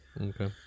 Okay